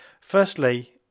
Firstly